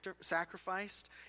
sacrificed